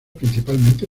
principalmente